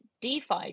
DeFi